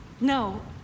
No